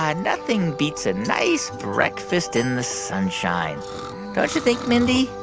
and nothing beats a nice breakfast in the sunshine, don't you think, mindy?